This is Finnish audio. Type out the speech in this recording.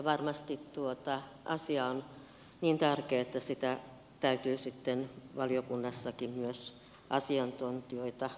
varmasti asia on niin tärkeä että siitä täytyy sitten valiokunnassakin myös asiantuntijoita kuulla